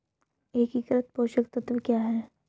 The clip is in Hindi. एकीकृत पोषक तत्व क्या है?